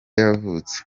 yavutse